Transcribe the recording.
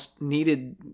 needed